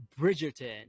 Bridgerton